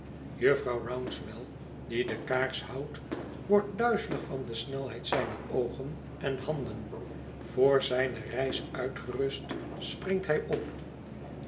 jufvrouw rouncewell die de kaars houdt wordt duizelig van de snelheid zijner oogen en handen voor zijne reis uitgerust springt hij op